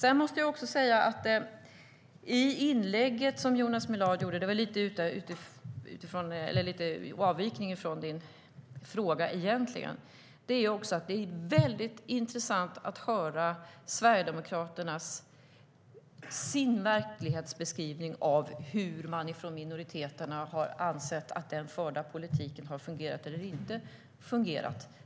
En liten avvikning från frågan är att det i Jonas Millards inlägg är intressant att höra Sverigedemokraternas beskrivning av om minoriteterna har ansett att den förda politiken har fungerat eller inte.